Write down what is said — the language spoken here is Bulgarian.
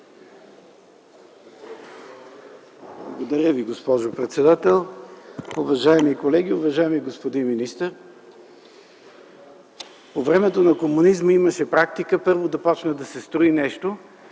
Благодаря Ви, госпожо председател. Уважаеми колеги, уважаеми господин министър! По времето на комунизма имаше практика първо да се започне да се строи нещо,